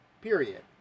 period